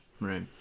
Right